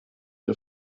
der